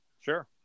Sure